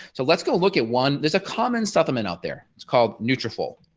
so let's go look at one. there's a common sentiment out there. it's called nutrafol.